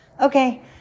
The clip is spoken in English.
okay